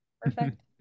Perfect